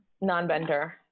Non-bender